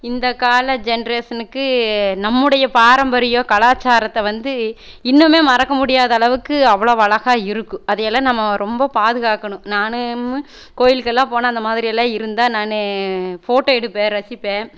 இந்த கால ஜென்ரேஷனுக்கு நம்முடைய பாரம்பரியம் கலாச்சாரத்தை வந்து இன்னுமே மறக்க முடியாத அளவுக்கு அவ்வளவு அழகாக இருக்குது அதையெல்லாம் நம்ம ரொம்ப பாதுகாக்கணும் நானும் கோயிலுக்கெல்லாம் போனால் அந்த மாதிரியெல்லாம் இருந்தால் நான் ஃபோட்டோ எடுப்பேன் ரசிப்பேன்